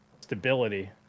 stability